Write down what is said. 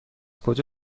کجا